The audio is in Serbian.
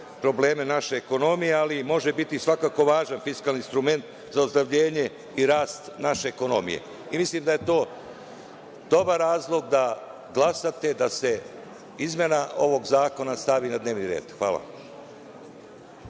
probleme naše ekonomije, ali može biti svakako važan fiskalni instrument za ozdravljenje i rast naše ekonomije. Mislim da je to dobar razlog da glasate da se izmena ovog zakona stavi na dnevni red. Hvala.